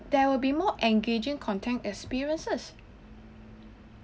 there will be more engaging content experiences